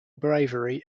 bravery